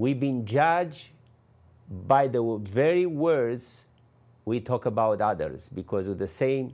we've been judged by the will very words we talk about others because of the same